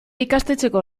ikastetxeko